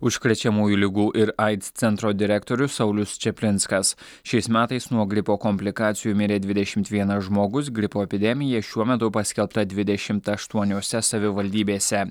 užkrečiamųjų ligų ir aids centro direktorius saulius čaplinskas šiais metais nuo gripo komplikacijų mirė dvidešimt vienas žmogus gripo epidemija šiuo metu paskelbta dvidešimt aštuoniose savivaldybėse